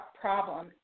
problem